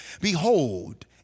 behold